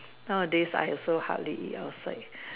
nowadays I also hardly eat outside